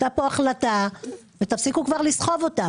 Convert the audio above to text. הייתה פה החלטה, ותפסיקו כבר לסחוב אותם.